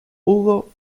hugo